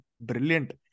brilliant